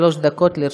שלוש דקות לרשותך.